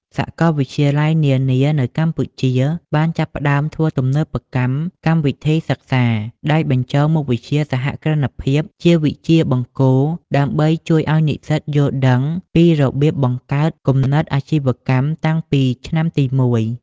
សាកលវិទ្យាល័យនានានៅកម្ពុជាបានចាប់ផ្ដើមធ្វើទំនើបកម្មកម្មវិធីសិក្សា ដោយបញ្ចូលមុខវិជ្ជាសហគ្រិនភាពជាវិជ្ជាបង្គោល ដើម្បីជួយឱ្យនិស្សិតយល់ដឹងពីរបៀបបង្កើតគំនិតអាជីវកម្មតាំងពីឆ្នាំទីមួយ។